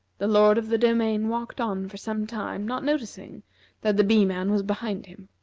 the lord of the domain walked on for some time, not noticing that the bee-man was behind him.